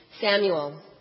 Samuel